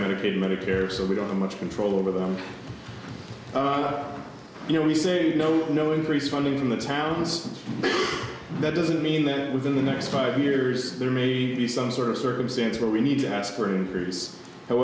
medicaid medicare so we don't have much control over them you know we say no no increase funding in the towns that doesn't mean that within the next five years there may be some sort of circumstance where we need to as